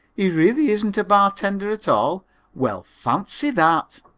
he really isn't a bartender at all well, fancy that!